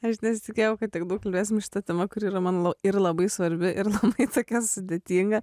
aš nesitikėjau kad tiek daug kalbėsim šita tema kuri yra mano ir labai svarbi ir kaip tokia sudėtinga